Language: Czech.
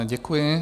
Děkuji.